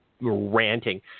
ranting